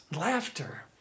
laughter